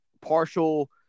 partial